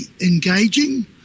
engaging